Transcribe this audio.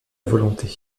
volonté